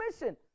mission